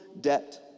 debt